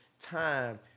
time